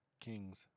Kings